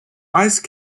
ice